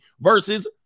versus